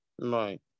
Right